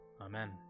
Amen